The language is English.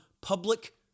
public